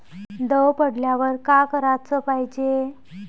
दव पडल्यावर का कराच पायजे?